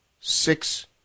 Six